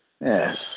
Yes